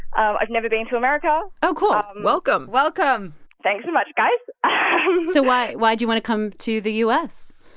i've never been to america oh, cool welcome welcome thanks so much, guys so why'd why'd you want to come to the u s?